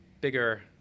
bigger